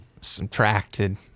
subtracted